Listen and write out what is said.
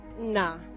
nah